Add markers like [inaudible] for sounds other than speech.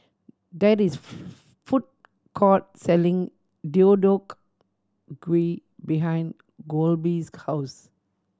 there is a [unintelligible] food court selling Deodeok Gui behind Kolby's house